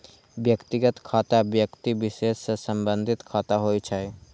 व्यक्तिगत खाता व्यक्ति विशेष सं संबंधित खाता होइ छै